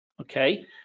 okay